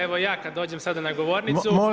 Evo, ja kad dođem sada za govornicu…